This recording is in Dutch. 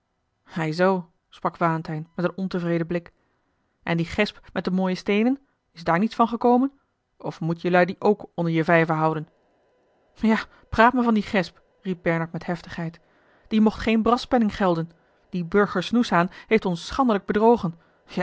ei zoo sprak valentijn met een ontevreden blik en die gesp met de mooie steenen is daar niets van gekomen of moet jelui die ook onder je vijven houden ja praat me van die gesp riep bernard met heftigheid die mocht geen braspenning gelden die burger snoeshaan heeft ons schandelijk bedrogen